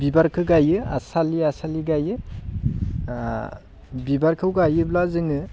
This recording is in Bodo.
बिबारखौ गायो आसालि आसालि गायो बिबारखौ गायोब्ला जोङो